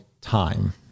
time